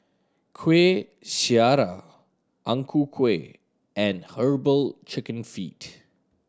Kueh Syara Ang Ku Kueh and Herbal Chicken Feet